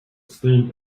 steam